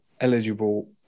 eligible